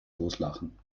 loslachen